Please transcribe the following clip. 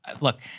look